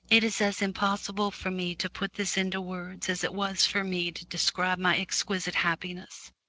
it is as impossible for me to put this into words as it was for me to describe my exquisite happiness,